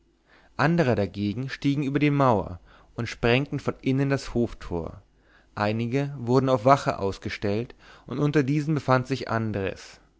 andere dagegen stiegen über die mauer und sprengten von innen das hoftor einige wurden auf wache ausgestellt und unter diesen befand sich andres